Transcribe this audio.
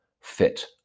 fit